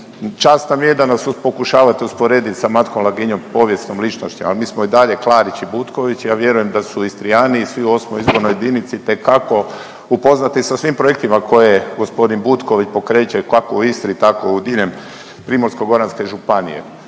čast nam je da nas pokušavate usporediti sa Matkom Laginjom, povijesnom ličnošću, al mi smo i dalje Klarić i Butković, ja vjerujem da su Istrijani i svi u VIII. izbornoj jedinici itekako upoznati sa svim projektima koje g. Butković pokreće kako u Istri tako i diljem Primorsko-goranske županije.